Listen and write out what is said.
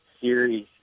series